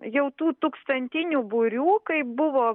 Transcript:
jau tų tūkstantinių būrių kaip buvo